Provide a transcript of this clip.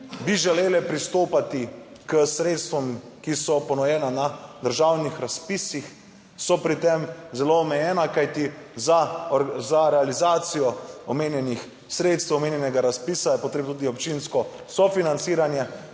bi želele pristopati k sredstvom, ki so ponujena na državnih razpisih, so pri tem zelo omejena, kajti za realizacijo omenjenih sredstev omenjenega razpisa je potrebno tudi občinsko sofinanciranje,